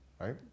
Right